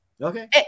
Okay